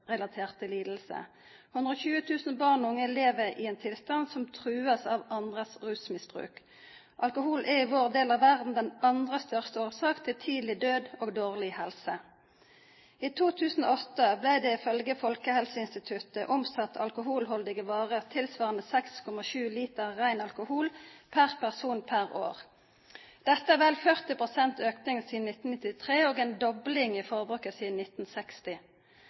barn og unge lever i en tilstand som trues av andres rusmisbruk. Alkohol er i vår del av verden den andre største årsak til tidlig død og dårlig helse. I 2008 ble det ifølge Folkehelseinstituttet omsatt alkoholholdige varer tilsvarende 6,7 liter ren alkohol per person per år. Dette er vel 40 pst. økning siden 1993 og en dobling i forbruket siden 1960.